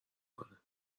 کنه